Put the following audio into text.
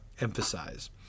emphasize